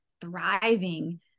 thriving